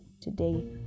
today